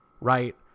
right